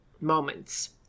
moments